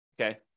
okay